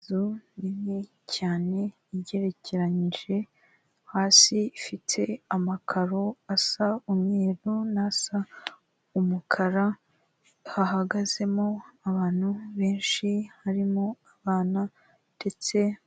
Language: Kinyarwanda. Inzu nini cyane igerekeranyije hasi ifite amakaro asa umweru nasa umukara hahagazemo abantu benshi harimo abana ndetse.